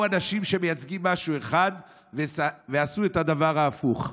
אנשים שמייצגים משהו אחד ועשו את הדבר ההפוך.